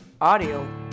audio